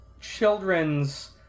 children's